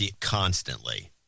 constantly